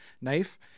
knife